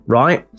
right